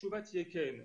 התשובה תהיה: כן.